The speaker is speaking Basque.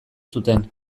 zuten